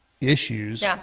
issues